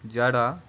যারা